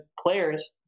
players